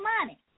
money